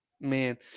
Man